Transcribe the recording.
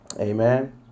Amen